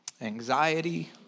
anxiety